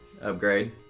upgrade